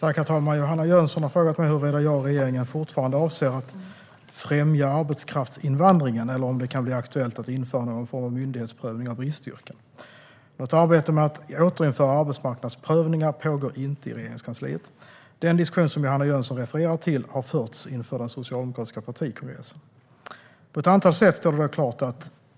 Herr talman! Johanna Jönsson har frågat mig huruvida jag och regeringen fortfarande avser att främja arbetskraftsinvandring eller om det kan bli aktuellt att införa någon form av myndighetsprövning av bristyrken. Något arbete med att återinföra arbetsmarknadsprövningar pågår inte i Regeringskansliet. Den diskussion som Johanna Jönsson refererar till har förts inför den socialdemokratiska partikongressen. På ett antal sätt står det